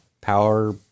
power